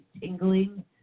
tingling